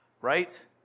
Right